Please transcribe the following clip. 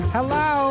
Hello